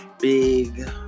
big